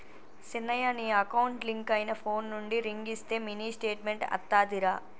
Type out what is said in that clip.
సిన్నయ నీ account link అయిన ఫోన్ నుండి రింగ్ ఇస్తే మినీ స్టేట్మెంట్ అత్తాదిరా